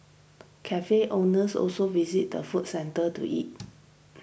cafe owners also visit the food centre to eat